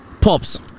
Pops